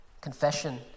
confession